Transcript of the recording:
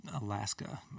Alaska